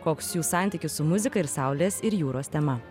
koks jų santykis su muzika ir saulės ir jūros tema